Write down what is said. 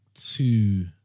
two